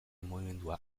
mugimendua